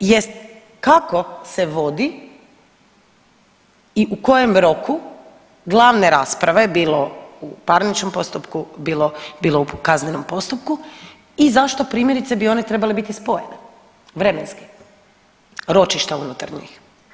jest kako se vodi i u kojem roku glavne rasprave, bilo u parničnom postupku, bilo u kaznenom postupku i zašto primjerice bi one trebale biti spojene vremenski, ročišta unutar njih.